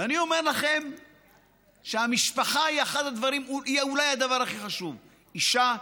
ואני אומר לכם שהמשפחה היא אולי הדבר הכי חשוב: אישה,